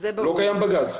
זה לא קיים בגז.